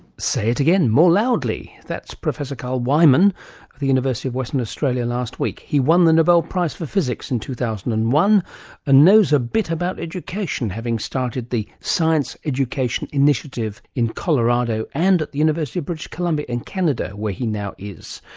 say it again, more loudly! that's professor carl wieman of the university of western australia last week. he won the nobel prize for physics in two thousand and one and knows a bit about education, having started the science education initiative in colorado and at the university of british columbia in canada, where he now is.